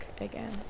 again